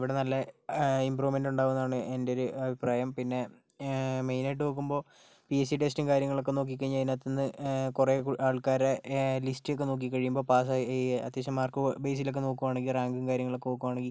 ഇവിടെ നല്ല ഇമ്പ്രൂവ്മെന്റ് ഉണ്ടാവും എന്നാണ് എൻ്റെ ഒരു അഭിപ്രായം പിന്നെ മെയിനായിട്ട് നോക്കുമ്പോൾ പി എസ് സി ടെസ്റ്റും കാര്യങ്ങളൊക്കെ നോക്കിക്കഴിഞ്ഞാൽ അതിനകത്ത് നിന്ന് കുറെ ആൾക്കാരുടെ ലിസ്റ്റ് ഒക്കെ നോക്കിക്കഴിയുമ്പോൾ പാസായ് അത്യാവശ്യം മാർക്ക് ബേസിലൊക്കെ നോക്കുവാണെങ്കിൽ റാങ്കും കാര്യങ്ങളൊക്കെ നോക്കുവാണെങ്കിൽ